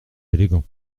élégant